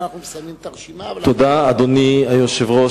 אדוני היושב-ראש,